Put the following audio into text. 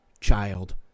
child